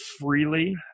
freely